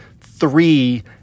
three